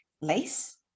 LACE